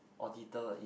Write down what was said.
auditor in